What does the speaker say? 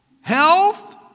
health